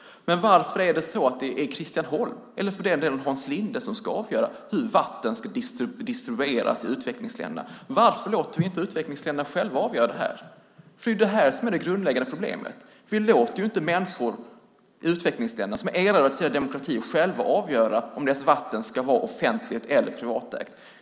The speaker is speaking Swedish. Men varför är det så att det är Christian Holm, eller för den delen Hans Linde, som ska avgöra hur vatten ska distribueras i utvecklingsländerna? Varför låter vi inte utvecklingsländerna själva avgöra det här? Det är ju det här som är det grundläggande problemet. Vi låter inte människor i utvecklingsländerna, som har erövrat sina demokratier, själva avgöra om deras vatten ska vara offentligt eller privatägt.